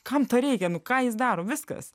kam to reikia nu ką jis daro viskas